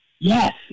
Yes